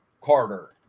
Carter